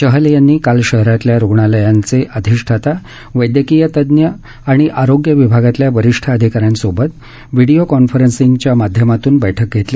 चहल यांनी काल शहरातल्या रुग्णालयांचे अधिष्ठाता वैदयकीय तज्ञ आणि आरोग्य विभागातल्या वरीष्ठ अधिकाऱ्यांसोबत व्हिडिओ कॉन्फरन्सिंगच्या माध्यमातून बैठक घेतली